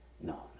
no